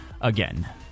again